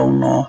no